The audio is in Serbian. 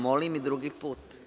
Molim i drugi put.